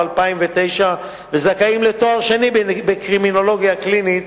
2009 וזכאים לתואר שני בקרימינולוגיה קלינית.